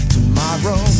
Tomorrow